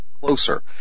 closer